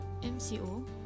MCO